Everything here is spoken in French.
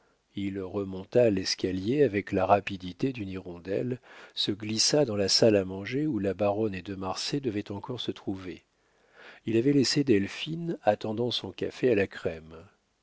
il remonta l'escalier avec la rapidité d'une hirondelle se glissa dans la salle à manger où la baronne et de marsay devaient encore se trouver il avait laissé delphine attendant son café à la crème